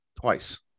twice